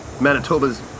Manitoba's